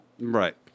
Right